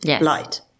light